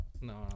No